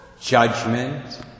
judgment